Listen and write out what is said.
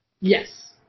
Yes